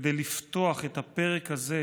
כדי לפתוח את הפרק הזה